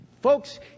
Folks